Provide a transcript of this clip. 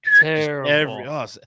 terrible